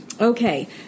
Okay